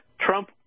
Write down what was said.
Trump